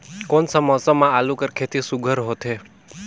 कोन सा मौसम म आलू कर खेती सुघ्घर होथे?